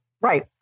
right